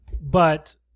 But-